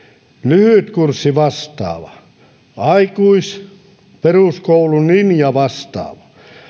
lyhytkurssivastaava aikuisperuskoulun linjavastaava